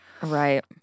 Right